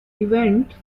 event